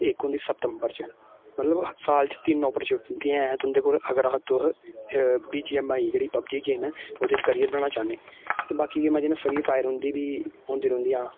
इक होंदी सितंबर च मतलब साल च तिन्न आपरचुनिटियां ऐ तुंदे कोल अगर अस तुस बी जी एम आई जेह्ड़ी पबजी गेम ऐ ओह्दे च कैरियर बनाना चाह्न्ने ते बाकी गेमां जियां फ्री फायर ओह् बी होंदी रौंह्दियां